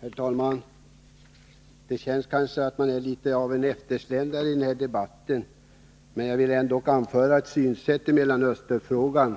Herr talman! Det känns nästan som att vara litet av en eftersläntrare i den här debatten, men jag vill ändå anföra ett synsätt i Mellanösternfrågan